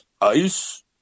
ice